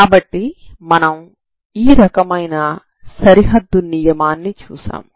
కాబట్టి మనం ఈ రకమైన సరిహద్దు నియమాన్ని చూశాము